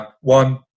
one